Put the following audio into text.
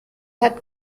hat